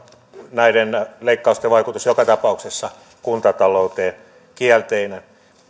näiden leikkausten vaikutus joka tapauksessa kuntatalouteen kielteinen